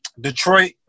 Detroit